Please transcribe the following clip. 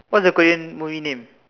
what's the Korean movie name